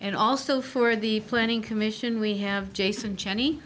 and also for the planning commission we have jason jenn